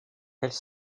elles